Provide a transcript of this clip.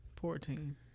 Fourteen